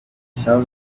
sun